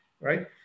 right